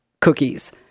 cookies